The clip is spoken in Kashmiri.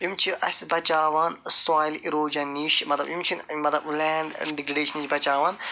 یِم چھِ اَسہِ بَچاوان سویِل اِروجَن نِش مَطلَب یِم چھِنہٕ مطلب لینڈ ڈِگریٚڈیشن نِش بَچاوان